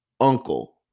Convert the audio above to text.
uncle